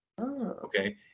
okay